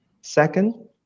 Second